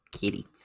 Kitty